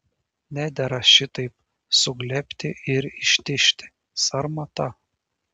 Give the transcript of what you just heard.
nedera šitaip suglebti ir ištižti sarmata